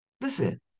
Listen